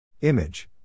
Image